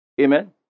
Amen